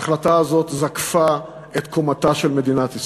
ההחלטה הזו זקפה את קומתה של מדינת ישראל,